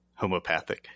homopathic